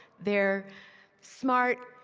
they are smart,